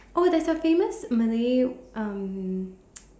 oh there's a famous Malay um